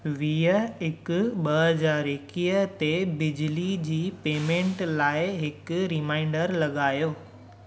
वीह हिकु ॿ हज़ार एकवीह ते बिजली जी पेमेंट लाइ हिकु रिमाइंडर लॻायो